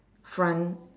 front